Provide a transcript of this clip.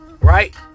Right